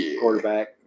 quarterback